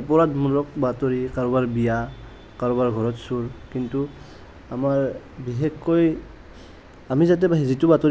অপৰাধমূলক বাতৰি কাৰোবাৰ বিয়া কাৰোবাৰ ঘৰত চোৰ কিন্তু আমাৰ বিশেষকৈ আমি যিটো